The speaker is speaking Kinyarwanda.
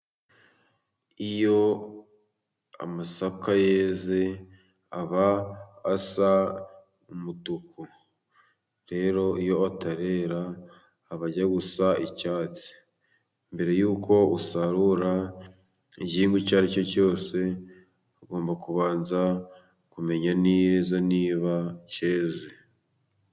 Iyo amasaka yeze aba asa n'umutuku rero iyo atarera aba ajya gusa n'icyatsi. Mbere y'uko usarura igihingwa icyo ari cyo cyose, ugomba kubanza kumenya neza niba cyeze.